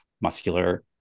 muscular